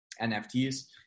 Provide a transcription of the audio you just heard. NFTs